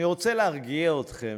אני רוצה להרגיע אתכם